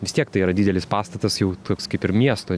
vis tiek tai yra didelis pastatas jau toks kaip ir miesto